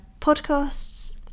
podcasts